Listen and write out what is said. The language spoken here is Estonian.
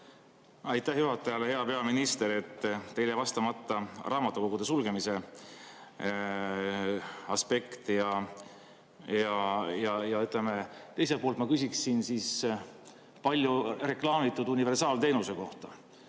Aitäh juhatajale! Hea peaminister! Teil jäi vastamata raamatukogude sulgemise aspekti kohta. Teiselt poolt ma küsiksin paljureklaamitud universaalteenuse kohta.